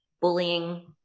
bullying